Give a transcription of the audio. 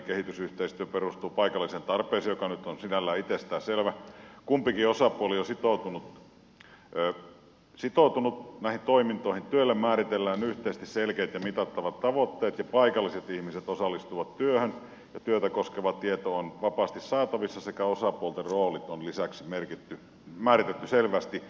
kehitysyhteistyö perustuu paikalliseen tarpeeseen joka nyt on sinällään itsestään selvää kumpikin osapuoli on sitoutunut näihin toimintoihin työlle määritellään yhteisesti selkeät ja mitattavat tavoitteet paikalliset ihmiset osallistuvat työhön ja työtä koskeva tieto on vapaasti saatavissa sekä osapuolten roolit on lisäksi määritelty selvästi